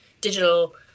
digital –